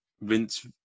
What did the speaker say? Vince